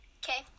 okay